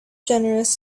generous